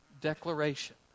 declaration